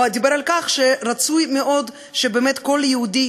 הוא דיבר על כך שרצוי מאוד שבאמת כל יהודי